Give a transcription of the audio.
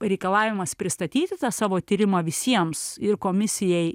reikalavimas pristatyti tą savo tyrimą visiems ir komisijai